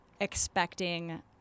expecting